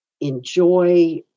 enjoy